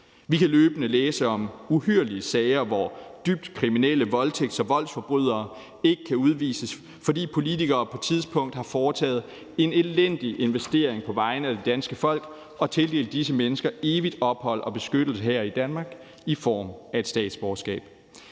Vi kan løbende læse om uhyrlige sager, hvor dybt kriminelle voldtægts- og voldsforbrydere ikke kan udvises, fordi politikere på et tidspunkt har foretaget en elendig investering på vegne af det danske folk og tildelt disse mennesker evigt ophold og beskyttelse her i Danmark i form af et statsborgerskab.